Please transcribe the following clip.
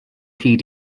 hyd